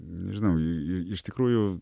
nežinau iš tikrųjų